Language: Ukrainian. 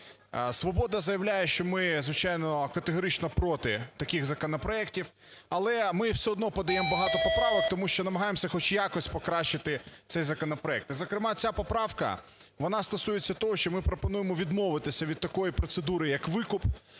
"Свобода" заявляє, що ми, звичайно, категорично проти таких законопроектів, але ми все одно подаємо багато поправок, тому що намагаємося хоч якось покращити цей законопроект. і, зокрема, ця поправка, вона стосується того, що ми пропонуємо відмовитися від такої процедури як викуп